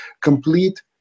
complete